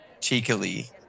cheekily